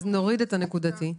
נוריד את "נקודתי".